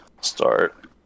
start